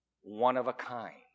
one-of-a-kind